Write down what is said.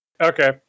Okay